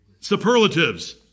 superlatives